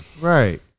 Right